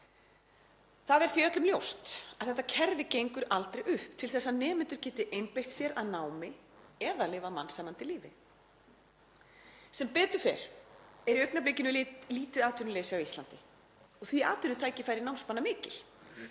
Það er því öllum ljóst að þetta kerfi gengur aldrei upp til þess að nemendur geti einbeitt sér að námi eða lifað mannsæmandi lífi. Sem betur fer er í augnablikinu lítið atvinnuleysi á Íslandi og því atvinnutækifæri námsmanna mikil,